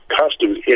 customs